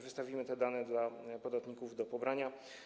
Wystawimy te dane dla podatników do pobrania.